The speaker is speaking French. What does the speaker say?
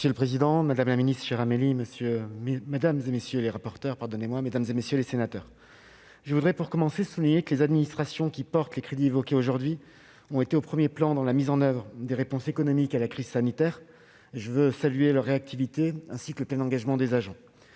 Monsieur le président, mesdames, messieurs les rapporteurs, mesdames, messieurs les sénateurs, je voudrais, pour commencer, souligner que les administrations qui portent les crédits évoqués aujourd'hui ont été au premier plan dans la mise en oeuvre des réponses économiques à la crise sanitaire. Je veux saluer leur réactivité et le plein engagement des agents.